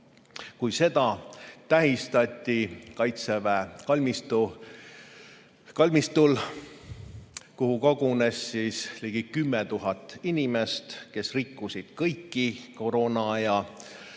Seda tähistati Kaitseväe kalmistul, kuhu kogunes ligi 10 000 inimest, kes rikkusid kõiki koroonaaja